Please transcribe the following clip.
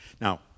Now